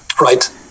Right